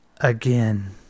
again